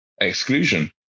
exclusion